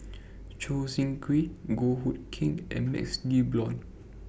Choo Seng Quee Goh Hood Keng and MaxLe Blond